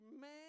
Man